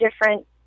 different